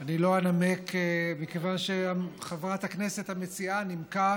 לא אנמק, מכיוון שחברת הכנסת המציעה נימקה